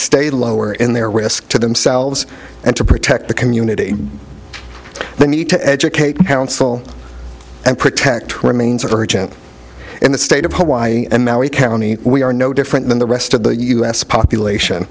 stay lower in their risk to themselves and to protect the community they need to educate counsel and protect remains of urgent and the state of hawaii and maui county we are no different than the rest of the u s population